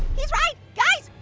he's right! guys,